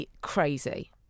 crazy